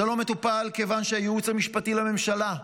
זה לא מטופל כיוון שהייעוץ המשפטי לממשלה,